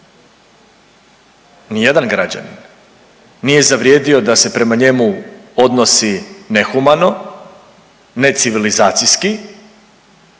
nijedan građanin nije zavrijedio da se prema njemu odnosi nehumano, necivilizacijski